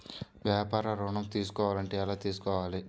వ్యాపార ఋణం తీసుకోవాలంటే ఎలా తీసుకోవాలా?